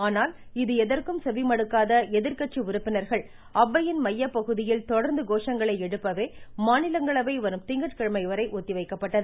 ஆனால் இது எதற்கும் செவிமடுக்காத எதிர்க்கட்சி உறுப்பினர்கள் அவையின் மையபகுதியில் தொடர்ந்து கோஷங்களை எழுப்பவே மாநிலங்களவை வரும் திங்கட்கிழமை வரை ஒத்திவைக்கப்பட்டது